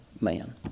man